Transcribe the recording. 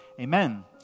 Amen